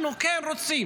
אנחנו כן רוצים